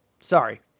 Sorry